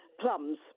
plums